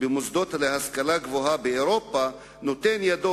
במוסדות להשכלה גבוהה באירופה נותן ידו